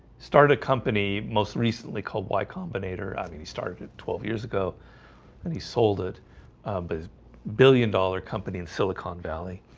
started a company. most recently called y combinator i mean, he started twelve years ago and he sold it but his billion dollar company in silicon valley